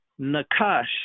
nakash